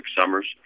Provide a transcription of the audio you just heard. summers